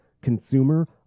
consumer